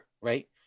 right